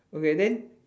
okay then